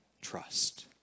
trust